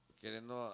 queriendo